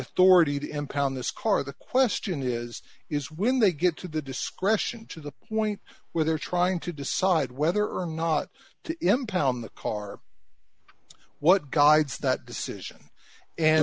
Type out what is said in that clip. authority to impound this car the question is is when they get to the discretion to the point where they're trying to decide whether or not to impound the car what guides that decision and